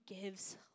gives